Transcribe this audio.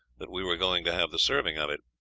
that we were going to have the serving of it.